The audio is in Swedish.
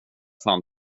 fan